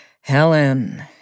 Helen